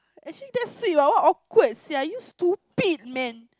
actually that's sweet what what awkward sia you stupid man